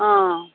अँ